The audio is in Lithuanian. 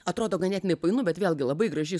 atrodo ganėtinai painu bet vėlgi labai graži